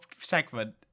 segment